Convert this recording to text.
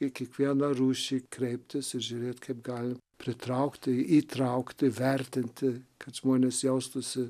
į kiekvieną rūšį kreiptis ir žiūrėt kaip gali pritraukti įtraukti vertinti kad žmonės jaustųsi